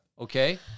okay